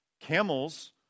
Camels